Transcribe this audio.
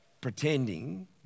pretending